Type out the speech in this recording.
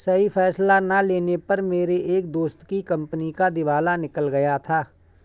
सही फैसला ना लेने पर मेरे एक दोस्त की कंपनी का दिवाला निकल गया था